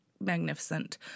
magnificent